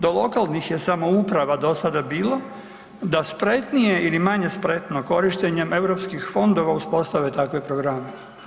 Do lokalnih je samouprava dosada bilo da spretnije ili manje spretno korištenjem Europskih fondova uspostave takve programe.